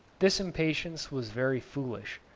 this impatience was very foolish,